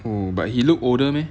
oh but he look older meh